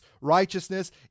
righteousness